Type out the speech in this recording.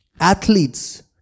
Athletes